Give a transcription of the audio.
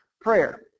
prayer